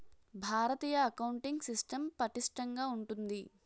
భారతీయ accounting system పటిష్టంగా ఉంటుంది